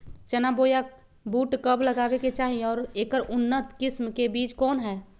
चना बोया बुट कब लगावे के चाही और ऐकर उन्नत किस्म के बिज कौन है?